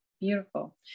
Beautiful